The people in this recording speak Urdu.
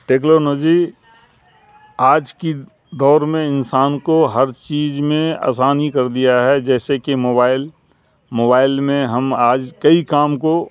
ٹیکنالوجی آج کی دور میں انسان کو ہر چیج میں آسانی کر دیا ہے جیسے کہ موبائل موبائل میں ہم آج کئی کام کو